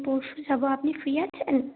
পরশু যাব আপনি ফ্রি আছেন